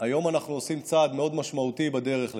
מאוד בדרך לשם,